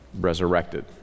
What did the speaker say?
resurrected